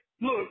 look